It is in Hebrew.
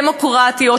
דמוקרטיות,